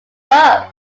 above